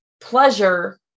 pleasure